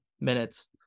minutes